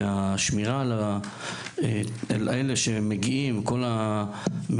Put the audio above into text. ושל השמירה על כל המבקרים שמגיעים לציון,